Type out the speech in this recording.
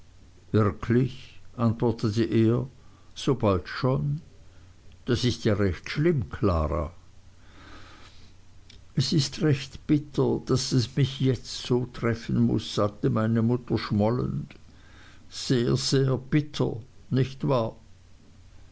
wirklich antwortete er sobald schon das ist ja recht schlimm klara es ist recht bitter daß es mich jetzt so treffen muß sagte meine mutter schmollend sehr sehr bitter nicht wahr